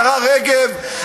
השרה רגב,